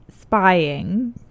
spying